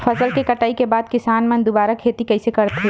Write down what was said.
फसल के कटाई के बाद किसान मन दुबारा खेती कइसे करथे?